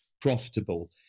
profitable